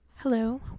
Hello